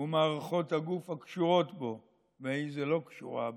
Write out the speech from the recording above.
ומערכות הגוף הקשורות בו, ואיזו לא קשורה בו,